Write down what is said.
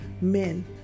Men